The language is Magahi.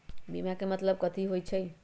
बीमा के मतलब कथी होई छई?